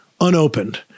unopened